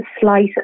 slight